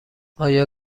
آیا